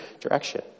direction